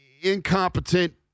Incompetent